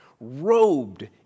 robed